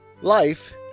Life